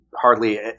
hardly